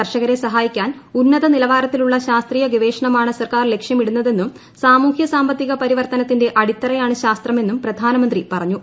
കർഷകരെ സഹായിക്കാൻ ഉന്നത നിലവാരത്തിലുള്ള ശാസ്ത്രീയ ഗവേഷണമാണ് സർക്കാർ ലക്ഷ്യമിടുന്നതെന്നും സാമൂഹ്യ സാമ്പത്തിക പരിവർത്തനത്തിന്റെ അടിത്തറയാണ് ശാസ്ത്രമെന്നും പ്രധാനമന്ത്രി പറഞ്ഞു